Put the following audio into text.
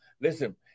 Listen